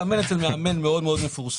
הוא מתאמן אצל מאמן מאוד מפורסם.